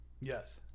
Yes